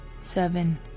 seven